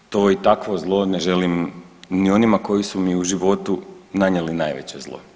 To i takvo zlo ne želim ni onima koji su mi u životu nanijeli najveće zlo.